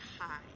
hi